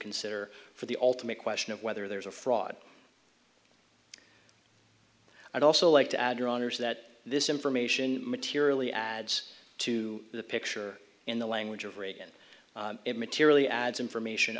consider for the ultimate question of whether there's a fraud i'd also like to add your honour's that this information materially adds to the picture in the language of reagan it materially adds information